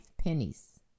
pennies